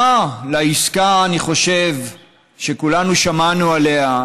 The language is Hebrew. אני חושב שהדוגמה הכי חמורה, שכולנו שמענו עליה,